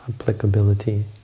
applicability